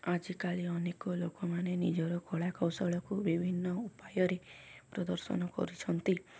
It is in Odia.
ଆଜିକାଲି ଅନେକ ଲୋକମାନେ ନିଜର କଳା କୌଶଳକୁ ବିଭିନ୍ନ ଉପାୟରେ ପ୍ରଦର୍ଶନ କରିଛନ୍ତି